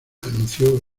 anunció